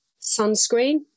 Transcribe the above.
sunscreen